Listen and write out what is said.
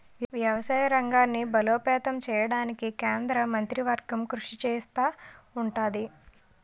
వ్యవసాయ రంగాన్ని బలోపేతం చేయడానికి కేంద్ర మంత్రివర్గం కృషి చేస్తా ఉంటది